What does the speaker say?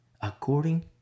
According